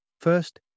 First